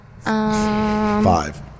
Five